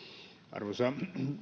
arvoisa